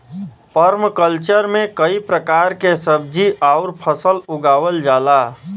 permaculture में कई प्रकार के सब्जी आउर फसल उगावल जाला